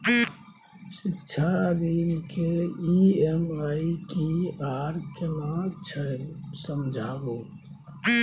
शिक्षा ऋण के ई.एम.आई की आर केना छै समझाबू?